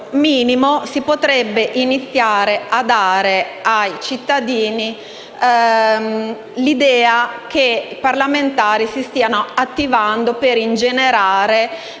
si potrebbe iniziare a dare ai cittadini l'idea che i parlamentari si stiano attivando per ingenerare